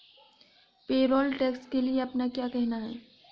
Payroll tax के लिए आपका क्या कहना है?